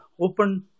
open